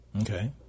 Okay